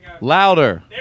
Louder